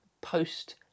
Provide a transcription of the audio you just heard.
Post-